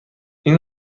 این